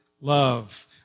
love